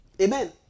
amen